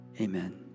amen